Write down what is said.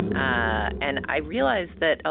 ah and i realize that, ah